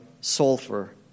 sulfur